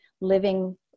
living